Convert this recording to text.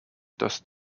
dust